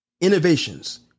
innovations